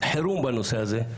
חירום בנושא הזה,